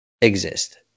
exist